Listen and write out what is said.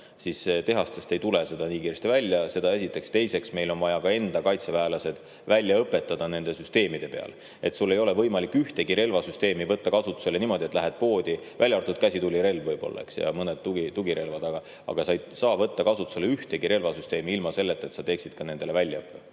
siis tehastest ei tule see nii kiiresti välja, seda esiteks. Teiseks, meil on vaja ka enda kaitseväelased välja õpetada nende süsteemide peale. Sul ei ole võimalik ühtegi relvasüsteemi võtta kasutusele niimoodi, et lähed lihtsalt poodi. Välja arvatud käsitulirelv võib-olla ja mõned tugirelvad, aga sa ei saa võtta kasutusele ühtegi relvasüsteemi ilma selleta, et sa teeksid ka väljaõppe.